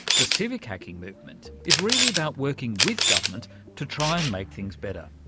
the civic hacking movement is really about working with government to try and make things better.